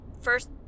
first